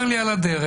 צר לי על הדרך.